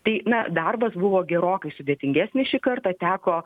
tai na darbas buvo gerokai sudėtingesnis šį kartą teko